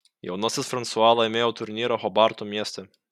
jaunasis fransua laimėjo turnyrą hobarto mieste